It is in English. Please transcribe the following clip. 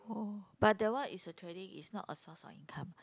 oh but that one is a trading is not a source of income